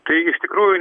tai iš tikrųjų